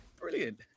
Brilliant